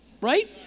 right